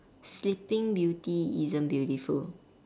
sleeping beauty isn't beautiful